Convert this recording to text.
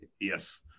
Yes